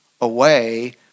away